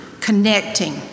connecting